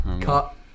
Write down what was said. cut